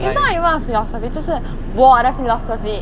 it's not even a philosophy 这是我的 philosophy